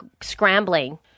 scrambling